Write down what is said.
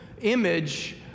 image